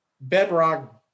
bedrock